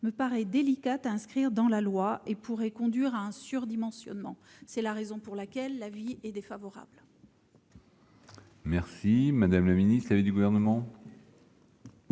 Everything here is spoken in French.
me paraît délicate à inscrire dans la loi et pourrait conduire à un surdimensionnement. C'est la raison pour laquelle l'avis est défavorable. Quel est l'avis du Gouvernement